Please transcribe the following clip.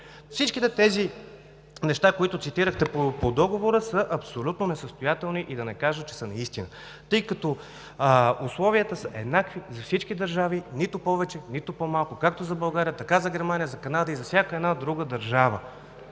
Всичките неща, които цитирахте по договора, са абсолютно несъстоятелни, да не кажа, че са неистина, тъй като условията са еднакви за всички държави – нито повече, нито по-малко, както за България, така за Германия, за Канада и за всяка една друга държава.